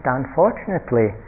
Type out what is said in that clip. unfortunately